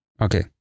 Okay